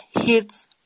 hits